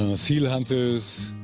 seal hunters,